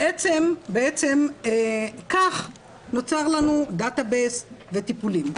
בעצם כך נוצר לנו דאטה בייס וטיפולים.